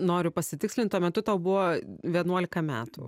noriu pasitikslint tuo metu tau buvo vienuolika metų